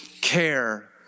care